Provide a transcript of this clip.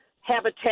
habitat